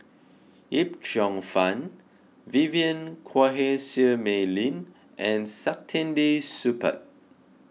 Yip Cheong Fun Vivien Quahe Seah Mei Lin and Saktiandi Supaat